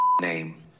name